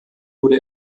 wurde